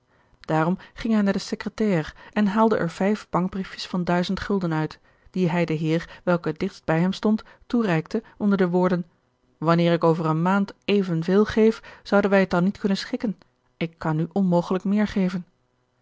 ging hij naar de secretaire en haalde er vijf bankbriefjes van uit die hij den heer welke het digtst bij hem stond toereikte onder de woorden wanneer ik over eene maand evenveel geef zouden wij het dan niet kunnen schikken ik kan nu onmogelijk meer geven